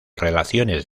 relaciones